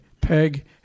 Peg